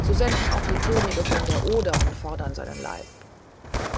so senden auch die könige von der oder und fordern seinen leib